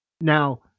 Now